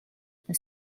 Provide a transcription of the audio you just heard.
the